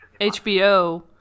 HBO